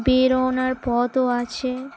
বেরোনোর পথও আছে